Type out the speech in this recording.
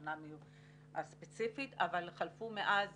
השנה הספציפית, אבל חלפו מאז